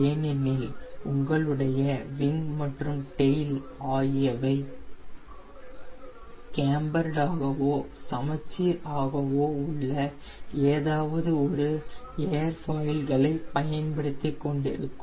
ஏனெனில் உங்களுடைய விங் மற்றும் டெயில் ஆகியவை கேம்பர்டு ஆகவோ சமச்சீர் ஆகவோ உள்ள ஏதாவது ஒரு ஏர்ஃபாயில்களை பயன்படுத்திக் கொண்டிருக்கும்